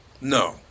No